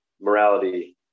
Morality